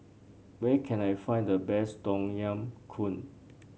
where can I find the best Tom Yam Goong